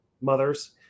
mothers